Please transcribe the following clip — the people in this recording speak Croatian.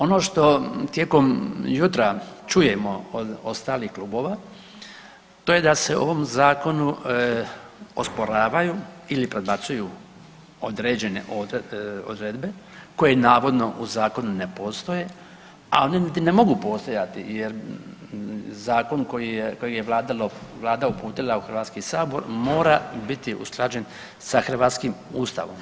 Ono što tijekom jutra čujemo od ostalih klubova to je da se ovom zakonu osporavaju ili predbacuju određene odredbe koje navodno u zakonu ne postoje, a one niti ne mogu postojati jer zakon koji je Vlada uputila u HS mora biti usklađen sa hrvatskim Ustavom.